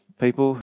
people